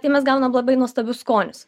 tai mes gaunam labai nuostabius skonius